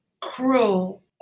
cruel